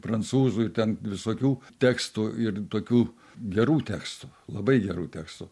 prancūzų ir ten visokių tekstų ir tokių gerų tekstų labai gerų tekstų